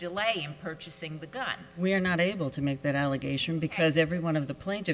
delay in purchasing the gun we are not able to make that allegation because every one of the pla